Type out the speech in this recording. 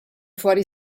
fuori